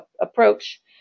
approach